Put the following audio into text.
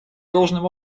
должным